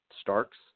Starks